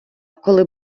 коли